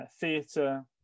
theatre